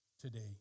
today